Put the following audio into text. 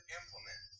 implement